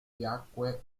piacque